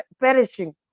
perishing